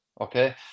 okay